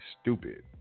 stupid